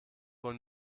wohl